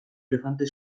elefante